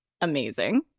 amazing